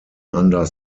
under